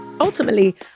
Ultimately